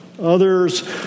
Others